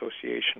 Association